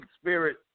Spirit